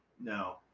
no